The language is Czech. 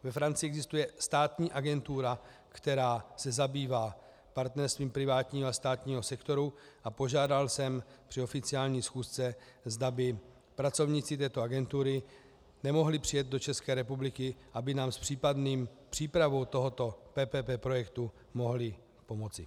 Ve Francii existuje státní agentura, která se zabývá partnerstvím privátního a státního sektoru, a požádal jsem při oficiální schůzce, zda by pracovníci této agentury nemohli přijet do České republiky, aby nám s případnou přípravou tohoto PPP projektu mohli pomoci.